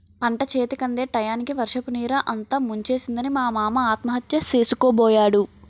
పంటచేతికందే టయానికి వర్షపునీరు అంతా ముంచేసిందని మా మామ ఆత్మహత్య సేసుకోబోయాడు